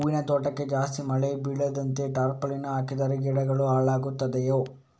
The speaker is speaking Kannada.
ಹೂವಿನ ತೋಟಕ್ಕೆ ಜಾಸ್ತಿ ಮಳೆ ಬೀಳದಂತೆ ಟಾರ್ಪಾಲಿನ್ ಹಾಕಿದರೆ ಗಿಡಗಳು ಹಾಳಾಗುತ್ತದೆಯಾ?